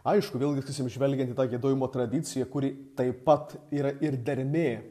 aišku vėlgi sakysim žvelgiant į tą giedojimo tradiciją kuri taip pat yra ir dermė